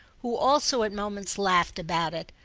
who also at moments laughed about it,